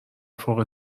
فوق